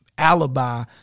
Alibi